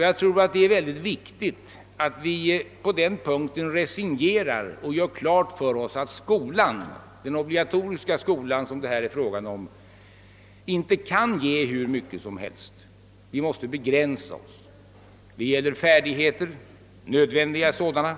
Jag tror att det är väldigt viktigt att vi på den punkten resignerar och gör klart för oss att den obligatoriska skolan som det här är fråga om inte kan ge hur mycket som helst. Vi måste begränsa oss. Det gäller färdigheter, nödvändiga sådana,